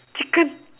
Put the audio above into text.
chicken